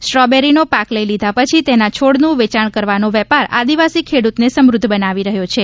સ્ટ્રોબેરીનો પાક લઇ લીધા પછી તેના છોડનું વેચાણ કરવાનો વેપાર આદિવાસી ખેડૂતને સમૃદ્ધ બનાવી રહ્યો છે